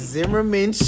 Zimmerman